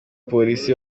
polisi